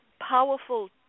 powerful